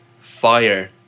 fire